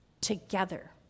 Together